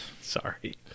Sorry